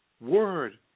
word